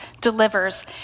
delivers